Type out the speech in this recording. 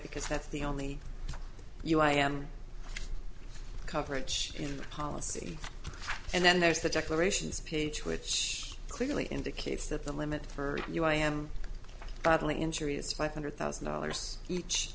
because that's the only u i and coverage in the policy and then there's the declarations page which clearly indicates that the limit for you i am battling injury is five hundred thousand dollars each